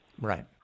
Right